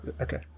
Okay